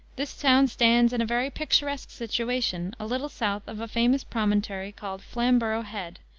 this town stands in a very picturesque situation, a little south of a famous promontory called flamborough head,